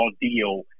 deal